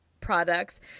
products